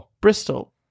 bristol